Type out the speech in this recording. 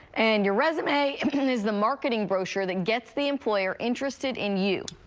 and your resume is the marketing brochure that gets the employer interested in you.